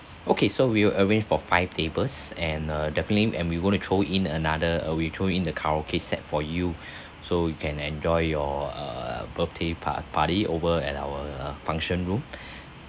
okay so we will arrange for five tables and uh definitely and we going to throw in another uh we throw in the karaoke set for you so you can enjoy your err birthday par~ party over at our function room